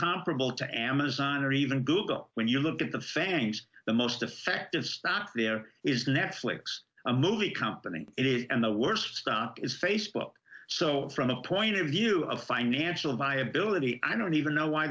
comparable to amazon or even google when you look at the fangs the most effective stock there is the next flicks a movie company it and the worst stock is facebook so from the point of view of financial viability i don't even know why